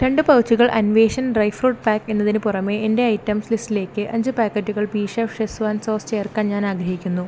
രണ്ട് പൗച്ചുകൾ Anveshan dry fruit pack എന്നതിന് പുറമെ എന്റെ ഐറ്റം ലിസ്റ്റിലേക്ക് അഞ്ച് പാക്കറ്റുകൾ ബിഷെഫ് ഷെസ്വാൻ സോസ് ചേർക്കാൻ ഞാൻ ആഗ്രഹിക്കുന്നു